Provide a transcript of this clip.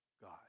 God